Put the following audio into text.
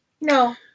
No